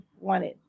wanted